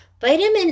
Vitamin